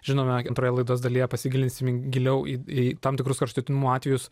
žinome antroje laidos dalyje pasigilinsim giliau į į tam tikrus kraštutinumų atvejus